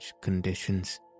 conditions